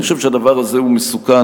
אני חושב שהדבר הזה הוא מסוכן,